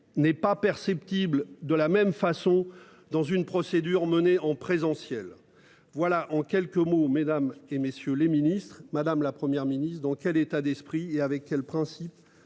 n'est pas perceptible de la même façon dans une procédure menée en présentiel. Voilà en quelques mots, mesdames et messieurs les Ministres madame, la Première ministre dans quel état d'esprit et avec quels principes